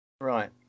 right